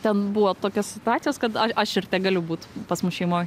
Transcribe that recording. ten buvo tokios situacijos kad a aš ir tegaliu būt pas mus šeimoj